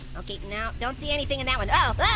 okay, no. don't see anything in that one.